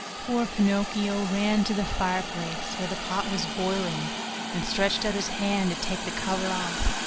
poor pinocchio ran to the fireplace where the pot was boiling and stretched out his hand to take the cover off,